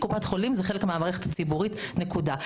קופת חולים זה חלק מהמערכת הציבורית, נקודה.